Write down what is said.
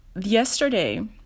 yesterday